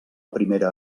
primera